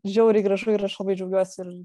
žiauriai gražu ir aš labai džiaugiuosi ir